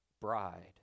bride